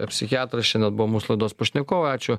psichiatras šiandien buvo mūsų laidos pašnekovai ačiū